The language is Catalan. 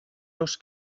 dos